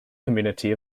community